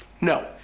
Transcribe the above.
No